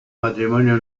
matrimonio